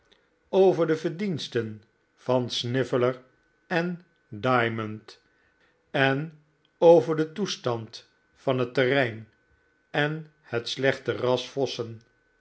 over de verdiensten van sniveller en diamond en over den toestand van het terrein en het slechte ras vossen